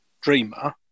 Dreamer